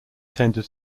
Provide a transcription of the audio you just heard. tended